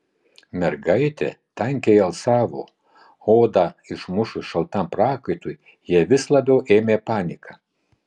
mergaitė tankiai alsavo odą išmušus šaltam prakaitui ją vis labiau ėmė panika